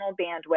bandwidth